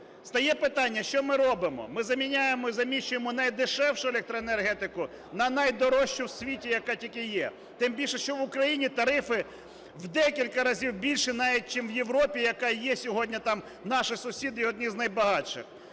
Стає питання: що ми робимо? Ми заміняємо, заміщуємо найдешевшу електроенергетику на найдорожчу в світі, яка тільки є. Тим більше, що в Україні тарифи в декілька разів більше навіть, чим в Європі, яка є сьогодні там наші сусіди одні з найбагатших.